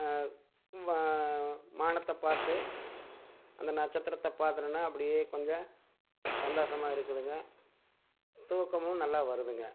ம வானத்த பார்த்து அந்த நட்சத்திரத்தை பார்த்துட்டன்னா அப்படியே கொஞ்சம் சந்தோஷமாக இருக்குதுங்க தூக்கமும் நல்லா வருதுங்க